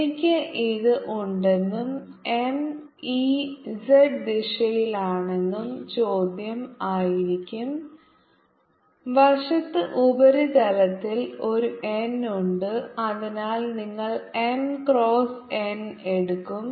എനിക്ക് ഇത് ഉണ്ടെന്നും M ഈ z ദിശയിലാണെന്നും ചോദ്യം ആയിരിക്കും വശത്ത് ഉപരിതലത്തിൽ ഒരു n ഉണ്ട് അതിനാൽ നിങ്ങൾ M ക്രോസ് n എടുക്കും